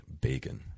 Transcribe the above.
bacon